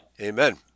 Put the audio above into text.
Amen